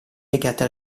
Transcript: legate